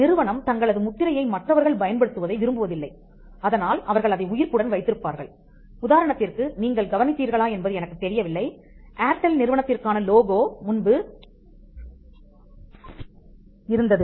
நிறுவனம் தங்களது முத்திரையை மற்றவர்கள் பயன்படுத்துவதை விரும்புவதில்லை அதனால் அவர்கள் அதை உயிர்ப்புடன் வைத்திருப்பார்கள் உதாரணத்திற்கு நீங்கள் கவனித்தீர்களா என்பது எனக்கு தெரியவில்லை ஏர்டெல் நிறுவனத்திற்கான லோகோ முன்பு வேறு ஒன்றாக இருந்தது